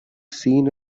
seen